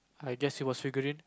I guess it was figurine